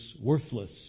worthless